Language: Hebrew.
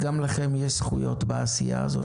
גם לכם יש זכויות בעשייה הזאת.